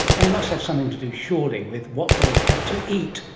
and it must have something to do surely with what they had to eat.